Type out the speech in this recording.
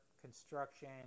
construction